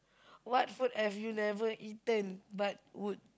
what food have you never eaten but would